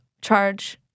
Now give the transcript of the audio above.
charge